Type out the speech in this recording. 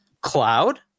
cloud